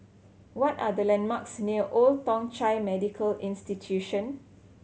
what are the landmarks near Old Thong Chai Medical Institution